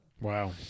Wow